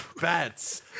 bats